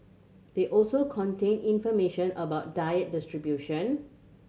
they also contain information about diet distribution